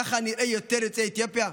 ככה נראה יותר יוצאי אתיופיה?